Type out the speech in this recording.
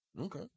Okay